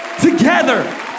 together